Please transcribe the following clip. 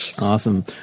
Awesome